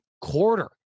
quarter